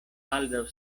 baldaŭ